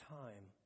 time